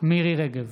מירי מרים רגב,